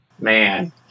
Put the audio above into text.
Man